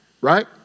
right